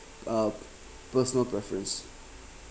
uh personal preference